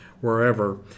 wherever